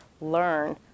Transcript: learn